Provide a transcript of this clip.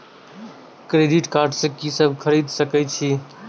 Credit card से की सब खरीद सकें छी?